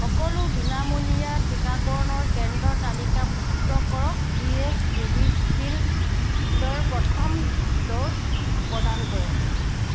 সকলো বিনামূলীয়া টীকাকৰণৰ কেন্দ্ৰ তালিকাভুক্ত কৰক যিয়ে কোভিচিল্ডৰ প্ৰথম ড'জ প্ৰদান কৰে